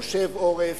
חושב עורף.